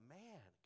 man